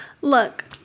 Look